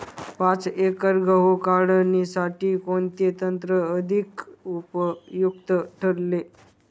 पाच एकर गहू काढणीसाठी कोणते यंत्र अधिक उपयुक्त ठरेल?